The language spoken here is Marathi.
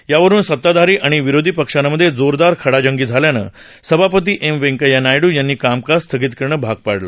यावरून सताधारी आणि विरोधी पक्षांमध्ये जोरदार खडाजंगी झाल्यानं सभापती एम वैंकय्या नायडू यांना कामकाज स्थगित करणं भाग पडलं